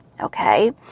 Okay